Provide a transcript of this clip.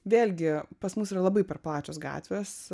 vėlgi pas mus yra labai per plačios gatvės